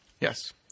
Yes